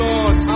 Lord